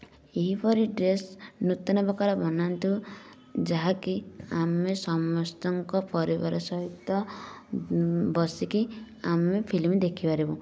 ଏହିପରି ଡ୍ରେସ୍ ନୂତନ ପ୍ରକାର ବନାନ୍ତୁ ଯାହାକି ଆମେ ସମସ୍ତଙ୍କ ପରିବାର ସହିତ ବସିକି ଆମେ ଫିଲ୍ମ ଦେଖିପାରିବୁ